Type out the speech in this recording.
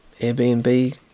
Airbnb